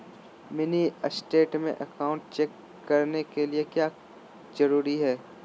Mini state में account check करने के लिए क्या क्या जरूरी है?